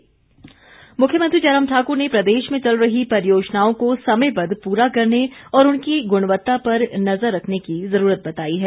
मुख्यमंत्री मुख्यमंत्री जयराम ठाकुर ने प्रदेश में चल रही परियोजनाओं को समयबद्ध पूरा करने और उनकी गुणवत्ता पर नजर रखने की जरूरत बताई है